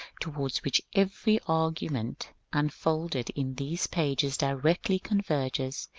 towards which every argument unfolded in these pages directly converges,